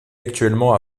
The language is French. actuellement